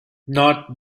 not